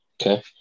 Okay